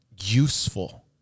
useful